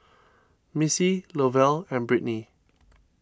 Missie Lovell and Brittnee